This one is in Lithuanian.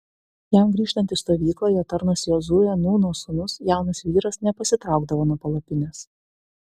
jam grįžtant į stovyklą jo tarnas jozuė nūno sūnus jaunas vyras nepasitraukdavo nuo palapinės